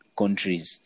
countries